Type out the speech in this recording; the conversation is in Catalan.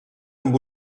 amb